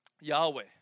Yahweh